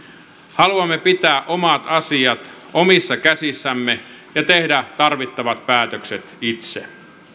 haluamme pitää omat asiat omissa käsissämme ja tehdä tarvittavat päätökset itse